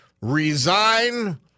resign